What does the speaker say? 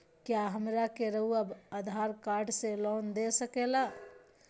क्या हमरा के रहुआ आधार कार्ड से लोन दे सकेला?